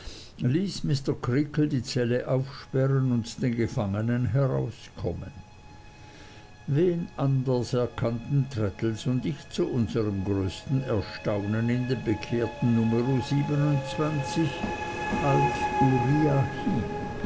mr creakle die zelle aufsperren und den gefangenen herauskommen wen anders erkannten traddles und ich zu unserm größten erstaunen in dem bekehrten numero als uriah heep